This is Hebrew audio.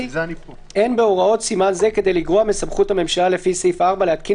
אין בהוראות סימן זה כדי לגרוע מסמכות הממשלה לפי סעיף 4 להתקין